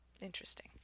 interesting